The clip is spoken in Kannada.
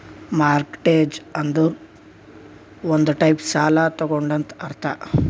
ಮಾರ್ಟ್ಗೆಜ್ ಅಂದುರ್ ಒಂದ್ ಟೈಪ್ ಸಾಲ ತಗೊಳದಂತ್ ಅರ್ಥ